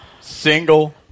single